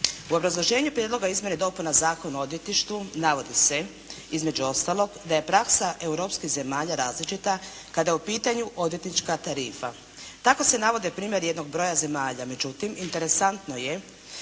U obrazloženju Prijedloga izmjena i dopuna Zakona o odvjetništvu navodi se između ostalog, da je praksa europskih zemalja različita kada je u pitanju odvjetnička tarifa. Tako se navodi primjeri jednog broja zemalja, međutim interesantno je